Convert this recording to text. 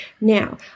Now